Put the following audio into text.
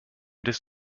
des